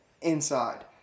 inside